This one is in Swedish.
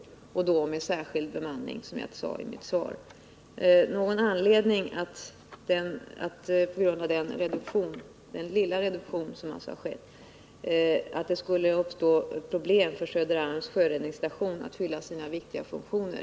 Då har man, som jag sade i mitt svar, särskild bemanning. Det finns enligt min mening inte någon anledning att tro att det på grund av den lilla reduktion som har ägt rum skulle uppstå problem för Söderarms sjöräddningsstation att fylla sina viktiga funktioner.